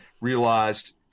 realized